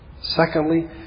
secondly